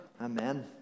Amen